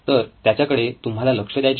तर याच्याकडे तुम्हाला लक्ष द्यायचे आहे